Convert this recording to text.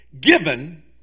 Given